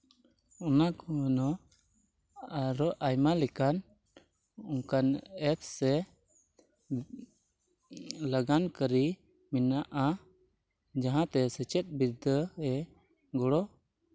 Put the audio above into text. ᱚᱱᱟ ᱠᱷᱚᱱ ᱦᱚᱸ ᱟᱨᱚ ᱟᱭᱢᱟ ᱞᱮᱠᱟᱱ ᱚᱱᱠᱟᱱ ᱮᱯᱥ ᱥᱮ ᱞᱟᱜᱟᱱᱠᱟᱹᱨᱤ ᱢᱮᱱᱟᱜᱼᱟ ᱡᱟᱦᱟᱸ ᱛᱮ ᱥᱮᱪᱮᱫ ᱵᱤᱫᱽᱫᱟᱹᱼᱮ ᱜᱚᱲᱚ